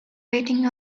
rating